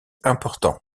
important